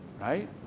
right